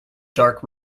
dark